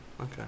Okay